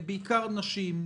ובעיקר נשים,